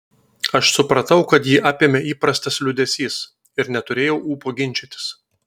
aš supratau kad jį apėmė įprastas liūdesys ir neturėjau ūpo ginčytis